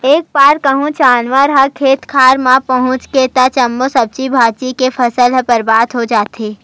एक बार कहूँ जानवर ह खेत खार मे पहुच गे त जम्मो सब्जी भाजी के फसल ह बरबाद हो जाथे